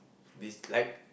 dislike